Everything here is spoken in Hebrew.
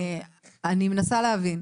אני מנסה להבין.